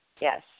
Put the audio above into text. Yes